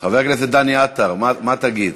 חבר הכנסת דני עטר, מה תגיד?